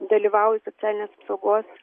dalyvauju socialinės apsaugos